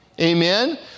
Amen